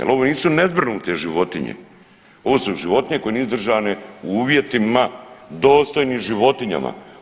Al ovo nisu nezbrinute životinje, ovo su životinje koje nisu držane u uvjetima dostojnih životinjama.